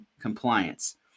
compliance